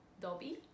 Dobby